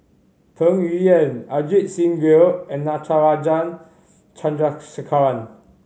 Peng Yuyun Ajit Singh Gill and Natarajan Chandrasekaran